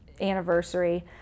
anniversary